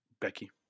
Becky